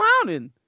clowning